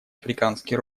африканский